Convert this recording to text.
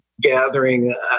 gathering